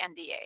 NDA